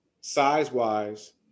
size-wise